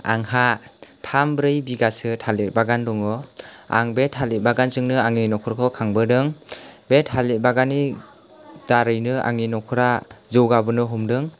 आंहा थाम ब्रै बिगासो थालिर बागान दङ आं बे थालिर बागानजोंनो आंनि नख'रखौ खांबोदों बे थालिर बागाननि दारैनो आंनि नख'रा जौगाबोनो हमदों